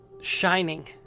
shining